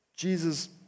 Jesus